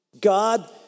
God